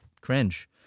cringe